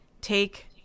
take